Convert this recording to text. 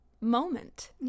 moment